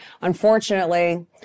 Unfortunately